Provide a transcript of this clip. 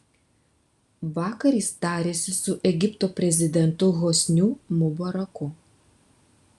vakar jis tarėsi su egipto prezidentu hosniu mubaraku